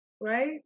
right